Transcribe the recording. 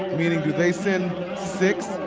meaning, do they send six?